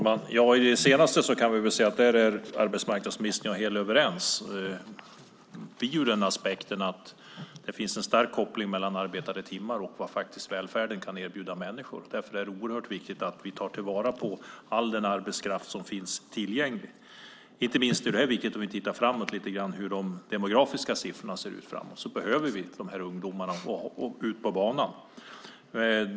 Fru talman! När det gäller det sista kan jag säga att där är arbetsmarknadsministern och jag helt överens ur den aspekten att det finns en stark koppling mellan arbetade timmar och vad välfärden kan erbjuda människor. Därför är det oerhört viktigt att vi tar till vara all den arbetskraft som finns tillgänglig. Inte minst viktigt är det om vi tittar framåt och ser hur de demografiska siffrorna kommer att bli framöver. Då behöver vi få dessa ungdomar ut på banan.